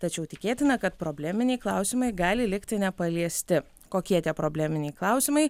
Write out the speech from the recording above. tačiau tikėtina kad probleminiai klausimai gali likti nepaliesti kokie tie probleminiai klausimai